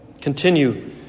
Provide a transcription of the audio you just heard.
Continue